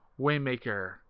Waymaker